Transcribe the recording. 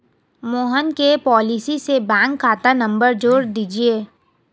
मोहन के पॉलिसी से बैंक खाता नंबर जोड़ दीजिए